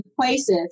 places